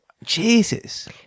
Jesus